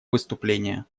выступление